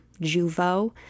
Juvo